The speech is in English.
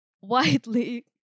widely